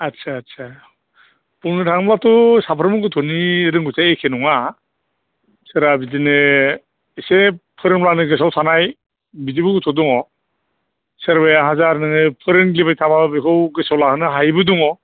आच्चा आच्चा बुंनो थाङोबाथ' साफ्रोमबो गथ'नि रोंगौथिया एखे नङा सोरबा बिदिनो एसे फोरोंब्लानो गोसोआव थानाय बिदिबो गथ' दङ सोरबाया हाजार नोङो फोरोंग्लिबाय थाबाबो बेखौ गोसोआव लाहोनो हायिबो दङ